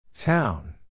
Town